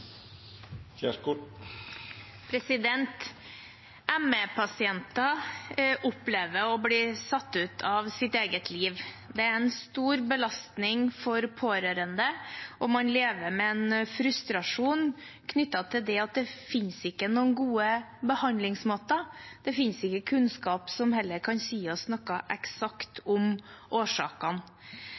en stor belastning for pårørende, og man lever med en frustrasjon knyttet til det at det ikke finnes noen gode behandlingsmåter. Det finnes heller ikke kunnskap som kan si oss noe eksakt om årsakene.